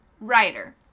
Writer